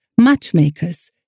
matchmakers